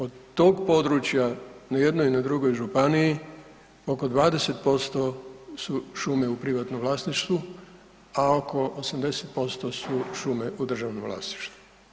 Od tog područja i na jednoj i na drugoj županiji oko 20% su šume u privatnom vlasništvu, a oko 80% su šume u državnom vlasništvu.